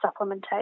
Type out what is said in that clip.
supplementation